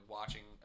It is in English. watching